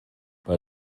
bei